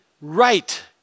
right